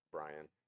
Brian